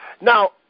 Now